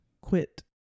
quit